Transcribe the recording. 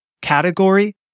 category